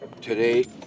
today